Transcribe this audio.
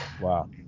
wow